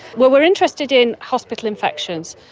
well, we're interested in hospital infections,